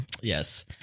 Yes